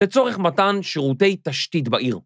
בצורך מתן שירותי תשתית בעיר.